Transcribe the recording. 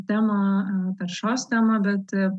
tema taršos tema bet